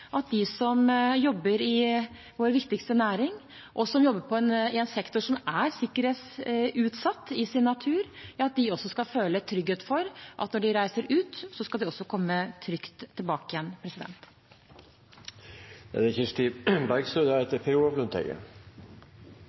at de som jobber i vår viktigste næring, og som jobber i en sektor som i sin natur er sikkerhetsutsatt, også skal føle trygghet for at når de reiser ut, skal de også komme trygt tilbake. Jeg vil takke representanten for å ta opp et viktig tema til debatt – sikkerheten på sokkelen. Situasjonen er